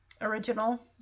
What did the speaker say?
original